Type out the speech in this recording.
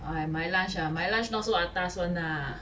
okay my lunch ah my lunch not so atas [one] lah